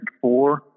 four